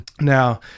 now